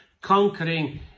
conquering